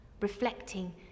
reflecting